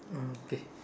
okay